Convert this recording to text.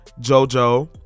Jojo